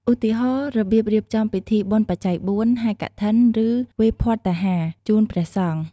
ឧទាហរណ៍ របៀបរៀបចំពិធីបុណ្យបច្ច័យបួន ហែរកឋិន ឬវេរភត្តាហារជូនព្រះសង្ឈ។